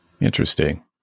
Interesting